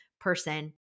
person